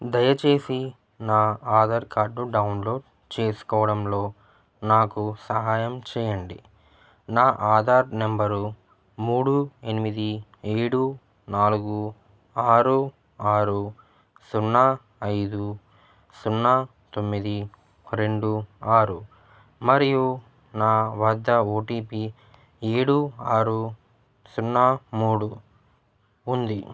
దయచేసి నా Aadhaar card download చేసుకోవడంలో నాకు సహాయం చేయండి నా ఆధార్ నెంబరు మూడు ఎనిమిది ఏడు నాలుగు ఆరు ఆరు సున్నా ఐదు సున్నా తొమ్మిది రెండు ఆరు మరియు నా వద్ద ఓ టీ పీ ఏడు ఆరు సున్నా మూడు ఉంది